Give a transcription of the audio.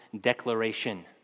declaration